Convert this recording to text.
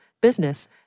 business